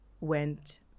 went